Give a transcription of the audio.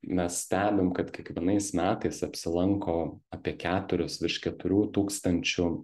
mes stebim kad kiekvienais metais apsilanko apie keturis virš keturių tūkstančių